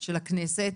של הכנסת,